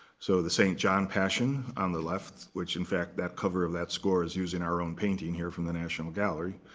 so the st. john passion on the left, which, in fact, that cover of that score is using our own painting here from the national gallery,